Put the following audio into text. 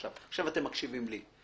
עכשיו אתם מקשיבים לי.